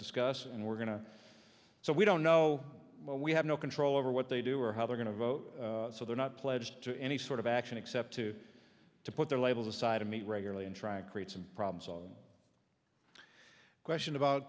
discuss and we're going to so we don't know we have no control over what they do or how they're going to vote so they're not pledged to any sort of action except to to put their labels aside to meet regularly and try and create some problems on a question about